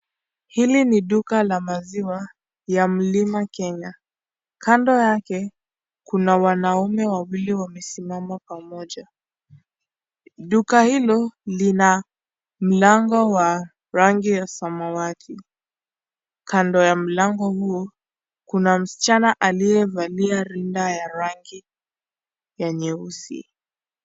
Hili ni duka la maziwa ya Mlima Kenya. Kando yake, kuna wanaume wawili wamesimama pamoja. Duka hilo, lina mlango wa rangi ya samawati. Kando ya mlango huo, kuna msichana aliyevalia rinda ya rangi ya nyeusi.